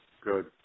Good